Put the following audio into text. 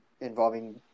involving